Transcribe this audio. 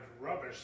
rubbish